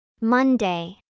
Monday